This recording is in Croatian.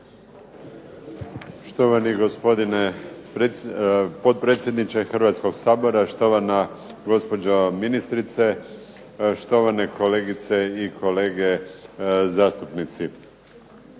Štovani gospodine potpredsjedniče Hrvatskoga sabora, štovana gospođo ministrice, štovane kolegice i kolege zastupnici.